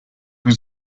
was